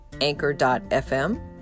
anchor.fm